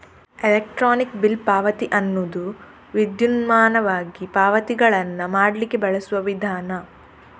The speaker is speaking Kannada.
ಎಲೆಕ್ಟ್ರಾನಿಕ್ ಬಿಲ್ ಪಾವತಿ ಅನ್ನುದು ವಿದ್ಯುನ್ಮಾನವಾಗಿ ಪಾವತಿಗಳನ್ನ ಮಾಡ್ಲಿಕ್ಕೆ ಬಳಸುವ ವಿಧಾನ